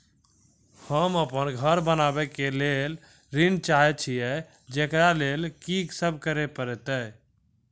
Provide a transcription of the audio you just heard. होम अपन घर बनाबै के लेल ऋण चाहे छिये, जेकरा लेल कि सब करें परतै?